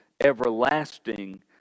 everlasting